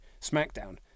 SmackDown